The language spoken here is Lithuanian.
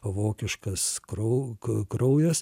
vokiškas krau kraujas